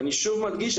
אני שוב מדגיש,